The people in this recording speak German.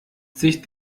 sich